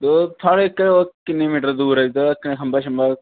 ओ थुआढ़े ओह् किन्ने मीटर दूर ऐ जिद्धर क खम्बा शम्बा